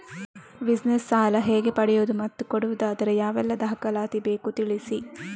Business ಸಾಲ ಹೇಗೆ ಪಡೆಯುವುದು ಮತ್ತು ಕೊಡುವುದಾದರೆ ಯಾವೆಲ್ಲ ದಾಖಲಾತಿ ಬೇಕು ತಿಳಿಸಿ?